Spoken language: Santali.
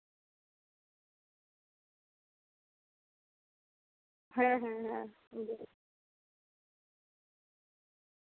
ᱦᱮᱸ ᱦᱮᱸ ᱦᱮᱸ